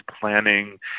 planning